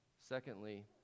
secondly